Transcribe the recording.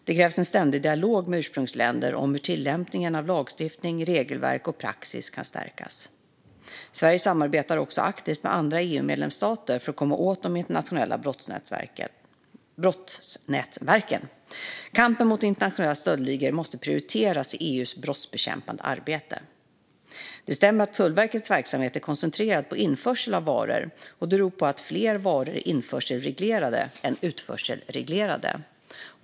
Det krävs en ständig dialog med ursprungsländer om hur tillämpningen av lagstiftning, regelverk och praxis kan stärkas. Sverige samarbetar också aktivt med andra EU-medlemsstater för att komma åt de internationella brottsnätverken. Kampen mot internationella stöldligor måste prioriteras i EU:s brottsbekämpande arbete. Det stämmer att Tullverkets verksamhet är koncentrerad på införsel av varor, och det beror på att fler varor är införselreglerade än utförselreglerade.